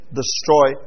destroy